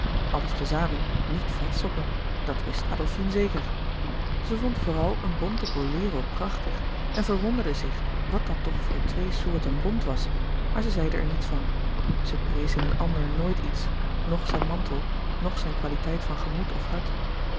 alles te zamen niet vet soppen dat wist adolfine zeker zij vond vooral een bonten bolero prachtig en verwonderde zich wat dat toch voor twee soorten bont was maar zij zeide er niets van zij prees in een ander nooit iets noch zijn mantel noch zijn kwaliteit van gemoed of hart